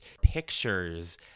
pictures